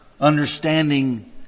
understanding